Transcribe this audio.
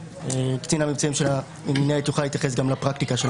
קצין המבצעים של המינהלת יוכל להתייחס גם לפרקטיקה.